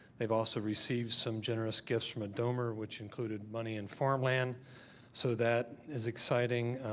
they've also received some generous gifts from a donor which included money and farmland so that is exciting.